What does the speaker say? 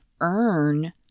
earn